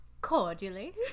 Cordially